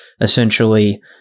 essentially